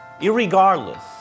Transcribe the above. irregardless